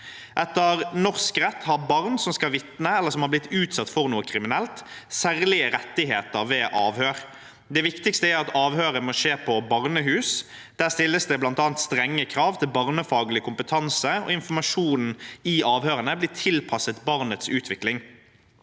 Etter norsk rett har barn som skal vitne, eller som har blitt utsatt for noe kriminelt, særlige rettigheter ved avhør. Det viktigste er at avhøret må skje på barnehus. Der stilles det bl.a. strenge krav til barnefaglig kompetanse, og informasjonen i avhørene blir tilpasset barnets utvikling.